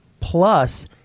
plus